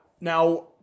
Now